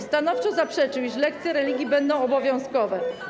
Stanowczo zaprzeczył, iż lekcje religii będą obowiązkowe.